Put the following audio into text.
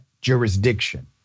jurisdiction